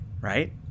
right